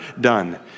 done